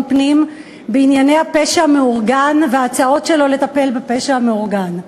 פנים בענייני הפשע המאורגן וההצעות שלו לטפל בפשע המאורגן.